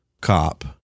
Cop